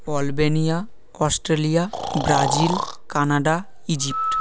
Albania Australia Brazil Canada Egypt